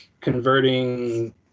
converting